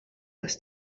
als